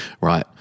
right